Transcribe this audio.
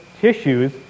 tissues